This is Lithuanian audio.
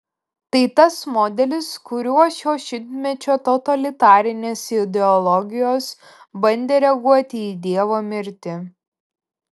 tai tas modelis kuriuo šio šimtmečio totalitarinės ideologijos bandė reaguoti į dievo mirtį